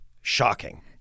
Shocking